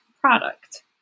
product